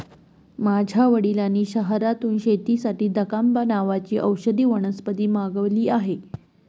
माझ्या वडिलांनी शहरातून शेतीसाठी दकांबा नावाची औषधी वनस्पती मागवली आहे